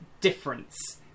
difference